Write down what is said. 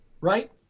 right